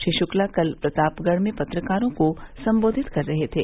श्री शुक्ला कल प्रतापगढ़ में पत्रकारों को संबोधित कर रहे थे